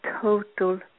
total